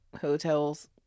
hotels